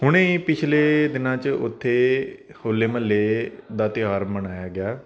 ਹੁਣੇ ਪਿਛਲੇ ਦਿਨਾਂ ਚ ਉੱਥੇ ਹੋਲੇ ਮਹੱਲੇ ਦਾ ਤਿਹਾਰ ਮਨਾਇਆ ਗਿਆ